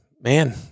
man